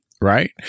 Right